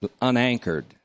unanchored